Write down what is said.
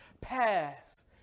pass